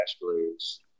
Blues